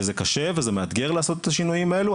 וזה קשה וזה מאתגר לעשות את השינויים האלו,